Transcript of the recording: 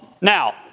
Now